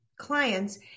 Clients